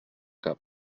cap